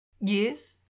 Yes